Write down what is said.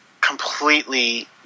completely